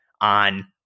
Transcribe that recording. on